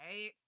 right